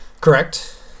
Correct